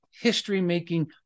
history-making